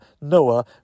Noah